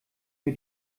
mir